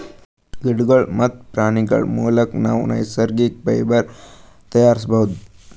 ಗಿಡಗೋಳ್ ಮತ್ತ್ ಪ್ರಾಣಿಗೋಳ್ ಮುಲಕ್ ನಾವ್ ನೈಸರ್ಗಿಕ್ ಫೈಬರ್ ತಯಾರಿಸ್ಬಹುದ್